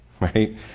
right